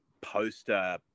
poster